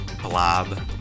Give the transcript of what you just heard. blob